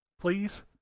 Please